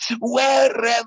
wherever